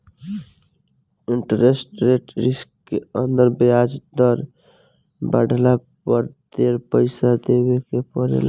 interest rate risk के अंदर ब्याज दर बाढ़ला पर ढेर पइसा देवे के पड़ेला